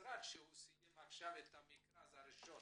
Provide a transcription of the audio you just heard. המשרד שרק עכשיו הסתיים המכרז הראשון.